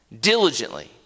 diligently